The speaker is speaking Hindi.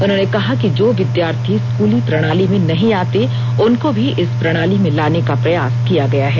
उन्होंने कहा कि जो विद्यार्थी स्कूली प्रणाली में नहीं आते उनको भी इस प्रणाली में लाने का प्रयास किया गया है